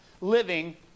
living